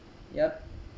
yup